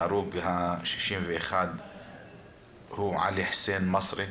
ההרוג ה-61 הוא עלי חוסיין מסרי,